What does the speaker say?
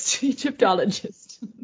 Egyptologist